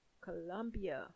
Colombia